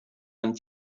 and